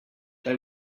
they